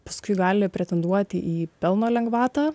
paskui gali pretenduoti į pelno lengvatą